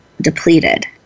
depleted